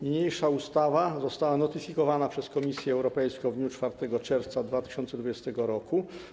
Niniejsza ustawa została notyfikowana przez Komisję Europejską w dniu 4 czerwca 2020 r.